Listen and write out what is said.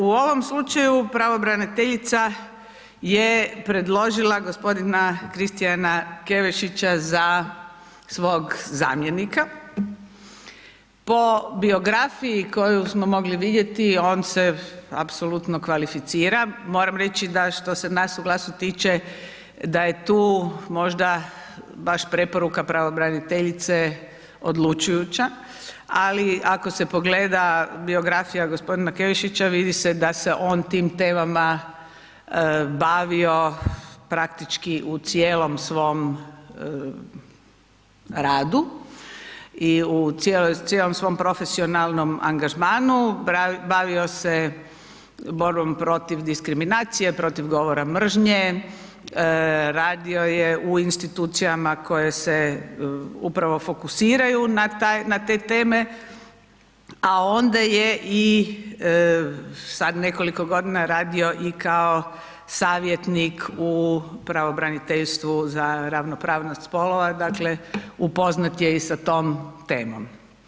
U ovom slučaju pravobraniteljica je predložila gospodina Kristijana Keveševića za svog zamjenika, po biografiji koju smo mogli vidjeti, on se apsolutno kvalificira, moram reći da što se nas u GLAS-u tiče, da je tu možda baš preporuka pravobraniteljice odlučujuća, ali ako se pogleda biografija gospodina Keveševića, vidi se da se on tim temama bavio praktički u cijelom svom radu, i u cijelom svom profesionalnom angažmanu, bavio se borbom protiv diskriminacije, protiv govora mržnje, radio je u institucijama koje se upravo fokusiraju na taj, na te teme, a onda je i, sad nekoliko godina radio i kao savjetnik u pravobraniteljstvu za ravnopravnost spolova, dakle upoznat je i sa tom temom.